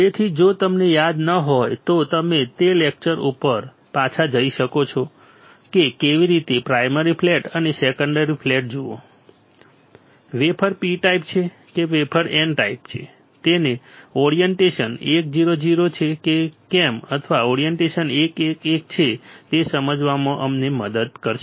તેથી જો તમને યાદ ન હોય તો તમે તે લેકચર ઉપર પાછા જઈ શકો છો કે કેવી રીતે પ્રાયમરી ફ્લેટ અને સેકન્ડરી ફ્લેટ જુઓ વેફર P ટાઇપ છે કે વેફર N ટાઇપ છે અને ઓરિએન્ટેશન 1 0 0 છે કે કેમ અથવા ઓરિએન્ટેશન 1 1 1 છે તે સમજવામાં અમને મદદ કરે છે